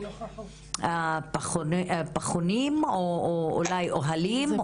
פחונים ואולי אוהלים.